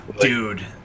dude